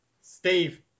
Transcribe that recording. Steve